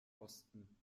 osten